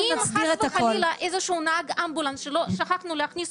ואם חס וחלילה איזשהו נהג אמבולנס ששכחנו להכניס